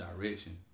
direction